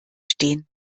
stehen